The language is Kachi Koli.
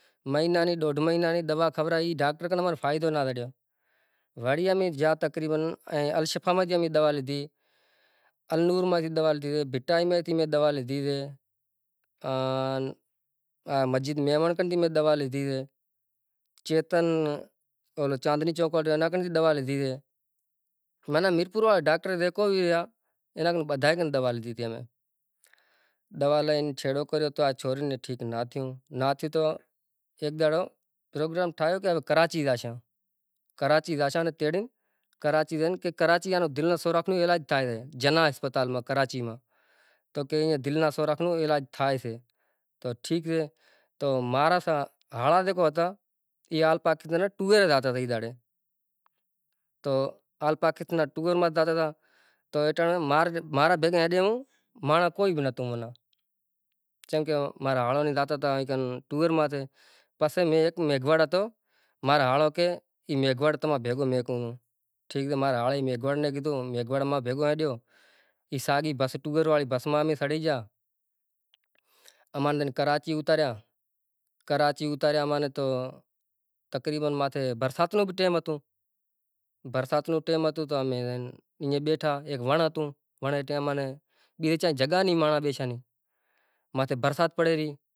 بنی ٹھراووں، ایکڑ ماناں کھیڑی ایڑی کرائو اینے کھیڑی کرائے ماناں سوٹھے نمونے لیزر بیزو کرائو، کھیریا کڈھائو پسے ایوے حساب سیں مہیں بھانڑ بانڑ نانکھو تر میں، تر میں بھانڑ ناشاں تھی چم کہ بصر ری ایراضی بھی ڈیشے، ایوریج بھی ڈیشے اینی ویہر کرو، ویہر بھی تھائیسے چمکہ ویہر مزوری ماہ تھائیسے، گھر را مانڑو ایک بئے ہوئیسیں تو ایک بئے رو کام نتھی، تقریبن لیبر رو کام سے، آٹھ داہ زنڑا ہوئیں تو ایکڑ ویہرائیسیں، ای ایو ایکڑ واہیو، بدہا نی پانڑی ڈیدھو، پانڑی ڈے پسے جیکڈنہں ایئے نیں گڈ تھی گیو تھیشے، پسے رنبے سیں ایئے نیں گڈ کڈھائو، گڈ کڈھائے پسے بھانڑ ہالو پانڑی بانڑی ڈیو، ایوا حساب سیں بصر تمارو ماناں کامیاب سے۔ تو بھاجی رو حساب کتاب ای سے، بیزی وات کہ ہوے کہ بھینڈی سے، بھینڈی رو مطلب ای سے کہ گینڈی واہوو تو جیکی آپیں واہواساں، سانوڑی بھینڈی ایک مثال سے کہ مانڑاں کہیں کہ اماں نیں جام فائدو سے پنڑ فائدو نتھی سیزن واڑی جکو بھینڈی ای سیزن واڑی ہوسے چمکہ ای ماں ایراضی بھی ودھیک ہوئیسے ائیں ایوریج بھی ودھیک ہوئیسے۔